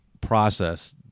process